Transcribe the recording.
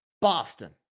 Boston